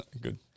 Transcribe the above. Good